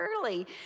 early